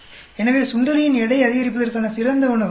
எனவே சுண்டெலியின் எடை அதிகரிப்பதற்கான சிறந்த உணவு வி